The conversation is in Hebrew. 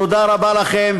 תודה רבה לכם.